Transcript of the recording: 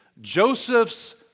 Joseph's